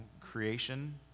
creation